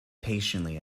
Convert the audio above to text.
patiently